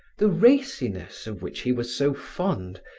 the raciness of which he was so fond,